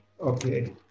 okay